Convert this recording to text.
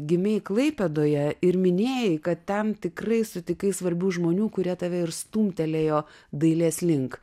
gimei klaipėdoje ir minėjai kad ten tikrai sutikai svarbių žmonių kurie tave ir stumtelėjo dailės link